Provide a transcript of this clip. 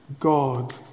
God